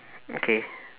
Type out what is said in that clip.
okay